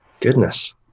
goodness